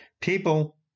People